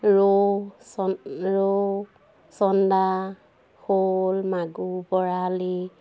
ৰৌ চন ৰৌ চন্দা শ'ল মাগুৰ বৰালি